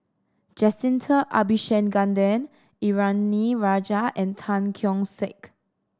Jacintha Abisheganaden Indranee Rajah and Tan Keong Saik